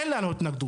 אין לנו התנגדות.